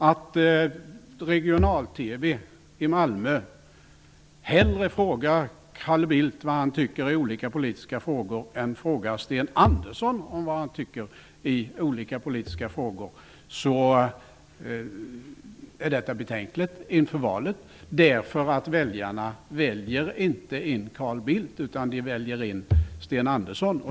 Om regional-TV i Malmö hellre frågar Carl Bildt vad han tycker i olika politiska frågor än Sten Andersson, är detta betänkligt inför valet. Väljarna väljer inte in Carl Bildt utan Sten Andersson.